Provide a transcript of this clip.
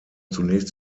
zunächst